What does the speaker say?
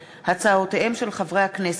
ציבורי,